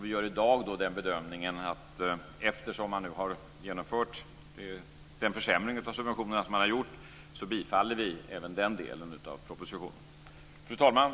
Vi gör i dag den bedömningen att eftersom man har genomfört den försämring av subventionerna man har gjort, bifaller vi även den delen av propositionen. Fru talman!